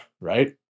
right